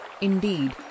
Indeed